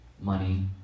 money